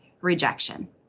rejection